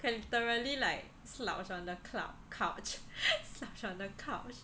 can literally like slouch on the club couch slouch on the couch